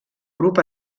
grup